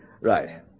Right